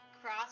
Cross